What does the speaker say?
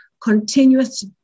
continuous